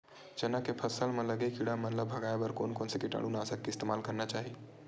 चना के फसल म लगे किड़ा मन ला भगाये बर कोन कोन से कीटानु नाशक के इस्तेमाल करना चाहि?